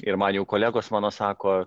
ir man jau kolegos mano sako